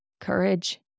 courage